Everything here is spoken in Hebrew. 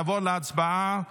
נעבור להצבעה